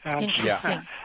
Interesting